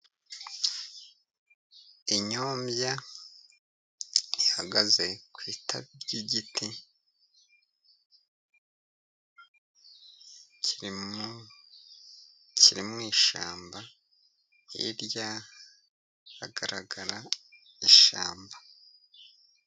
Inyombya ntihagaze ku itami ry'igiti kiri mu mu ishyamba. Hirya hagaragara ishyamba